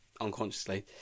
unconsciously